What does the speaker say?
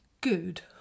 good